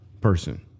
person